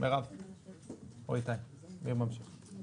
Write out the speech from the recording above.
מירב או יובל מי ממשיך להקריא?